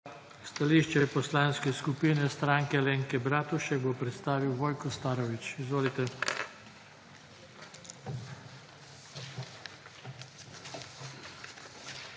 Stališče Poslanske skupine Stranke Alenke Bratušek bo predstavil Vojko Starović. Izvolite.